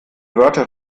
wörter